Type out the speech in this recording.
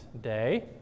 Day